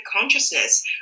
consciousness